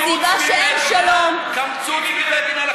הסיבה שאין שלום, קמצוץ מבגין אין בכם.